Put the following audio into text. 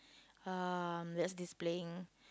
um that's displaying